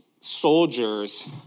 soldiers